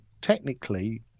technically